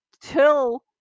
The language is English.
till